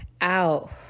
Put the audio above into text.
out